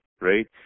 right